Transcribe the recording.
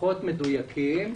פחות מדויקים,